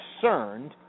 concerned